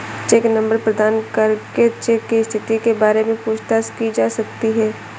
check number प्रदान करके cheque की स्थिति के बारे में पूछताछ की जा सकती है